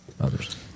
others